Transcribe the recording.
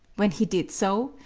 when he did so,